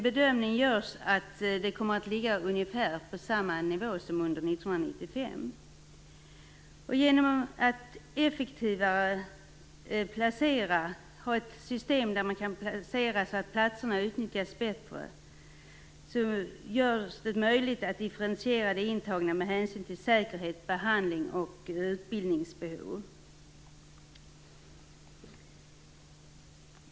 Bedömningen görs att det kommer att vara ungefär samma nivå som under 1995. Genom ett effektivare placeringssystem, så att platserna bättre utnyttjas, blir det möjligt att differentiera de intagna med hänsyn till säkerhet, behandling och utbildningsbehov.